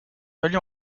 fallu